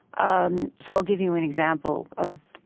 um so i'll give you an example of,